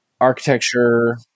architecture